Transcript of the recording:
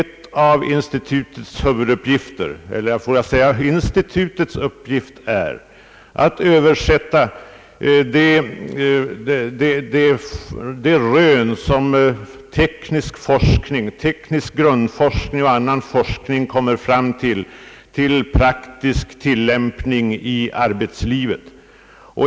Institutets uppgift är att översätta den tekniska forskningens resultat till praktisk tillämpning i arbetslivet.